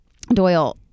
Doyle